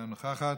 אינה נוכחת,